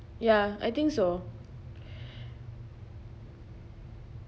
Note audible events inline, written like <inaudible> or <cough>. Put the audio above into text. ya I think so <breath>